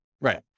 Right